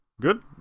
Good